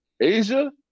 Asia